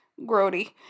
grody